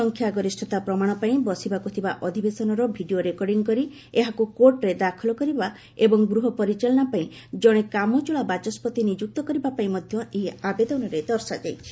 ସଂଖ୍ୟାଗରିଷତା ପ୍ରମାଣ ପାଇଁ ବସିବାକୁ ଥିବା ଅଧିବେଶନର ଭିଡ଼ିଓ ରେକର୍ଡିଂ କରି ଏହାକୁ କୋର୍ଟରେ ଦାଖଲ କରିବା ଏବଂ ଗୃହ ପରିଚାଳନା ପାଇଁ ଜଣେ କାମଚଳା ବାଚସ୍କତି ନିଯୁକ୍ତ କରିବା ପାଇଁ ମଧ୍ୟ ଏହି ଆବେଦନରେ ଦର୍ଶାଯାଇଛି